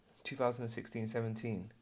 2016-17